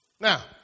Now